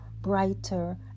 brighter